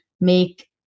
make